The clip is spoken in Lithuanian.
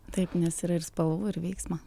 taip nes yra ir spalvų ir veiksmo